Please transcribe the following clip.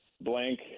blank